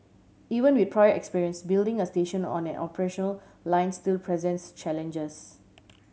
even with prior experience building a station on an operational line still presents challenges